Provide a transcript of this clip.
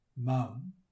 Mum